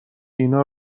اینا